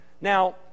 Now